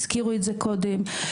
הזכירו את זה קודם,